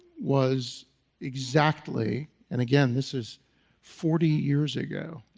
was exactly and, again, this is forty years ago.